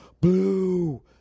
blue